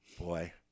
Boy